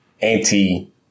anti